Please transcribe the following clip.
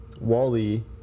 Wally